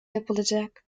yapılacak